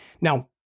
Now